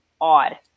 odd